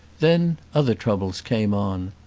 then other troubles came on.